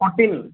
fourteen